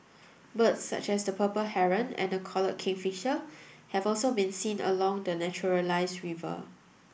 birds such as the purple Heron and the collared kingfisher have also been seen along the naturalised river